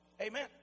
Amen